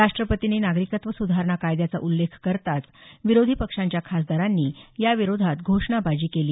राष्टपतींनी नागरिकत्व सुधारणा कायद्याचा उल्लेख करताच विरोधी पक्षांच्या खासदारांनी याविरोधात घोषणाबाजी केली